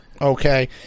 Okay